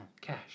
cash